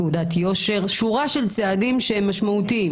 תעודת יושר שורה של צעדים משמעותיים